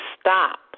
stop